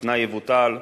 התנאי יבוטל.